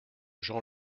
jean